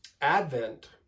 Advent